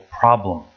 problem